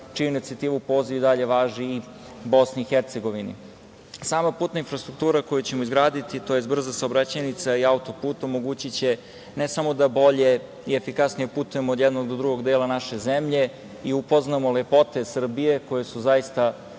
čiju inicijativu poziv i dalje važi i BiH.Sama putna infrastruktura koju ćemo izgraditi, tj. brza saobraćajnica i auto-put omogućiće ne samo da bolje i efikasnije putujemo od jednog do drugog dela naše zemlje i upoznamo lepote Srbije koje su zaista